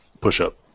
Push-up